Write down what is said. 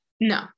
No